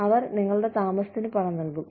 അവർ നിങ്ങളുടെ താമസത്തിന് പണം നൽകും